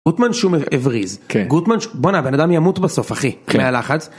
גוטמן שומר הבריז. כן. בואנה, הבן אדם ימות בסוף אחי. כן. מהלחץ.